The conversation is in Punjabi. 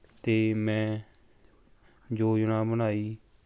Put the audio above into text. ਅਤੇ ਮੈਂ ਯੋਜਨਾ ਬਣਾਈ